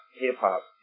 hip-hop